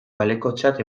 balekotzat